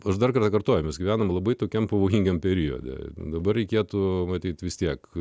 aš dar kartą kartoju mes gyvename labai tokiems pavojingiems periode dabar reikėtų matyt vis tiek